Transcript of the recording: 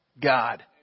God